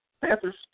Panthers